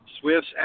SWIFT's